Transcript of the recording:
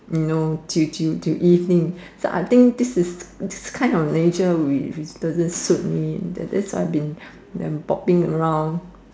you know to to to evening so I think this is this kind of nature which doesn't suit me than why I been popping around